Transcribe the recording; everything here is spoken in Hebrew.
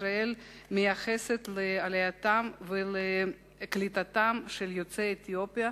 ישראל מייחסת לעלייתם ולקליטתם של יוצאי אתיופיה,